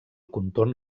contorn